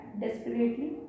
desperately